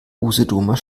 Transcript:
usedomer